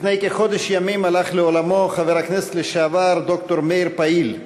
לפני כחודש ימים הלך לעולמו חבר הכנסת לשעבר ד"ר מאיר פעיל,